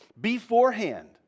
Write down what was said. beforehand